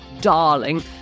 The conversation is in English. darling